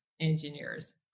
engineers